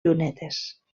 llunetes